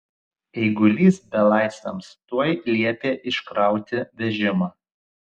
eigulys belaisviams tuoj liepė iškrauti vežimą